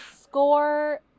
score